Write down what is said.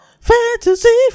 Fantasy